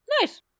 Nice